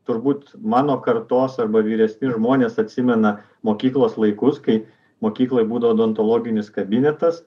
turbūt mano kartos arba vyresni žmonės atsimena mokyklos laikus kai mokykloj būdavo odontologinis kabinetas